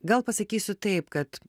gal pasakysiu taip kad